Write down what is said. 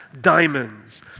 diamonds